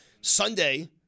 Sunday